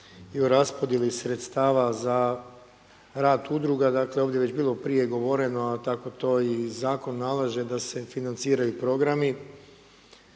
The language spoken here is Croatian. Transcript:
i o raspodjeli sredstava za rad udruga, dakle ovdje je već bilo govoreno a tako to i zakon nalaže da se financiraju programi,